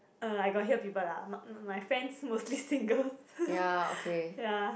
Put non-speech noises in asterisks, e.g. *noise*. uh I got hear people lah but my friends mostly single *laughs* ya